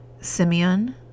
simeon